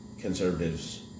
conservatives